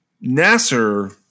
Nasser